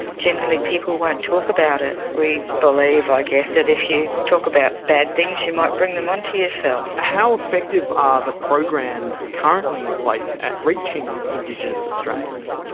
generally people won't talk about it, we believe i guess that if you talk about bad things you might bring them onto yourself. how effective ah the programs currently in place at reaching indigenous australians?